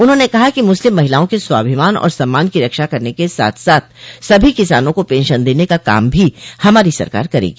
उन्होंने कहा कि मुस्लिम महिलाओं के स्वाभिमान और सम्मान की रक्षा करने के साथ साथ सभी किसानों को पेंशन देने का काम भी हमारी सरकार करेगी